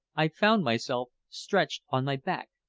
i found myself stretched on my back,